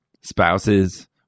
spouses